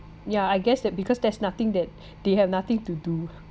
yeah I guess that because there's nothing that they have nothing to do